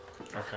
Okay